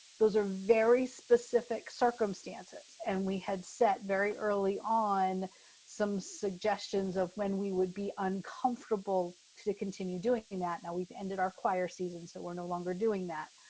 those are very specific circumstances, and we had set very early on some suggestions of when we would be uncomfortable to continue doing i mean that. now, we've ended our choir seasons, so we're no longer doing that.